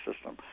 system